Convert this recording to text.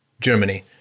Germany